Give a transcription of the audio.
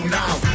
now